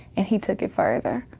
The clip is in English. and he took it further.